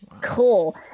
Cool